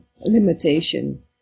limitation